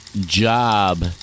job